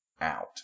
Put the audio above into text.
out